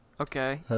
Okay